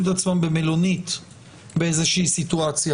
את עצמם במלונית באיזו שהיא סיטואציה,